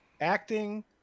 acting